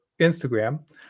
Instagram